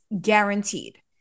guaranteed